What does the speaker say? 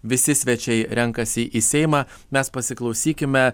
visi svečiai renkasi į seimą mes pasiklausykime